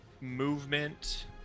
movement